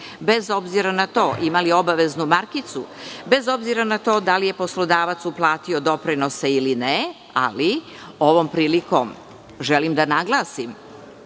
bez obzira na to ima li obaveznu markicu, bez obzira na to da li je poslodavac uplatio doprinose ili ne. Ali, ovom prilikom želim da naglasim